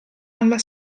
alla